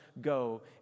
go